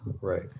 Right